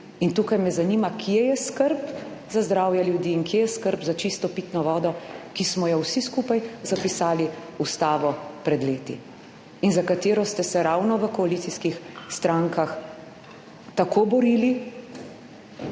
Tukaj me zanima, kje je skrb za zdravje ljudi in kje je skrb za čisto pitno vodo, ki smo jo vsi skupaj zapisali v Ustavo pred leti in za katero ste se ravno v koalicijskih strankah tako borili.